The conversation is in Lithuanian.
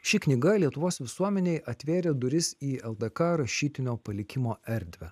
ši knyga lietuvos visuomenei atvėrė duris į ldk rašytinio palikimo erdvę